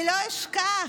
לא אשכח,